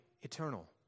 eternal